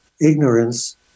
ignorance